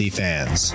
fans